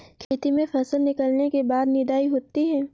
खेती में फसल निकलने के बाद निदाई होती हैं?